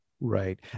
right